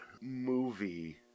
movie